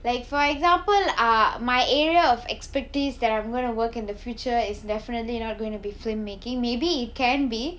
like for example ah my area of expertise that I'm gonna work in the future is definitely not going to be film making maybe it can be